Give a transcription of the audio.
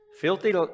Filthy